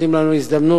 נותנים לנו הזדמנות